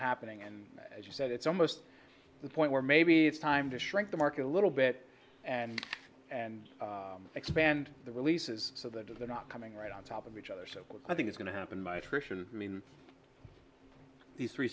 happening and as you said it's almost the point where maybe it's time to shrink the market a little bit and and expand the releases so that is not coming right on top of each other so i think is going to happen by attrition i mean these three